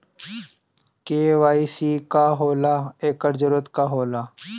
KYC का होला एकर जरूरत का होला?